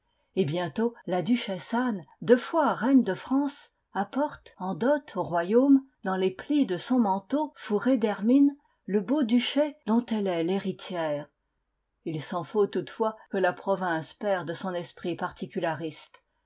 et bientôt la duchesse anne deux fois reine de france apporte en dot au royaume dans les plis de son manteau fourré d'hermine le beau duché dont elle est l'héritière il s'en faut toutefois que la province perde son esprit particulariste